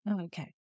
okay